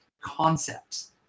concepts